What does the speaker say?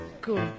Cool